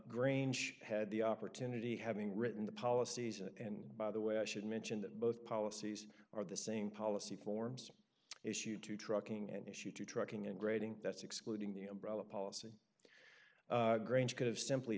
grange had the opportunity having written the policies and by the way i should mention that both policies are the same policy forms issued to trucking and issued to trucking and grading that's excluding the umbrella policy grange could have simply